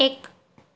ਇੱਕ